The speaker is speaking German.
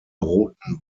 roten